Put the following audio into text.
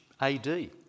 AD